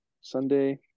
Sunday